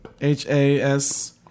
H-A-S